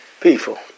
people